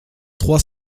trois